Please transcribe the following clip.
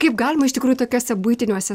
kaip galima iš tikrųjų tokiuose buitiniuose